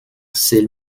zell